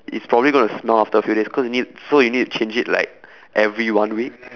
it's probably gonna smell after a few days cause you need so you need change it like every one week